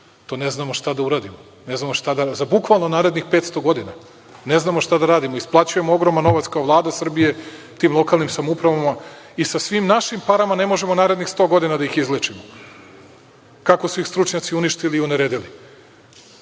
Tu ne znamo šta da uradimo. Za, bukvalno, narednih 500 godina. Ne znamo šta da radimo, isplaćujemo ogroman novac kao Vlada Srbije, tim lokalnim samoupravama i sa svim našim parama ne možemo narednih 100 godina da ih izlečimo kako su ih stručnjaci uništili i uneredili. Zato